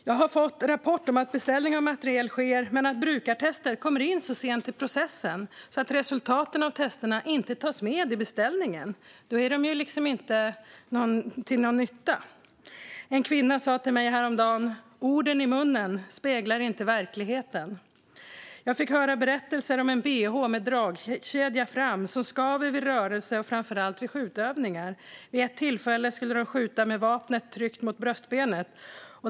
Jag har fått rapporterat att beställning av materiel sker men att brukartester kommer in så sent i processen att resultaten av testerna inte tas med i beställningen. Då är de ju inte till någon nytta. En kvinna sa till mig häromdagen: Orden i munnen speglar inte verkligheten. Jag fick höra berättelser om en bh med dragkedja fram som skaver vid rörelse och framför allt vid skjutövningar. Vid ett tillfälle skulle man skjuta med vapnet tryckt mot bröstbenet.